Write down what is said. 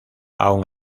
aun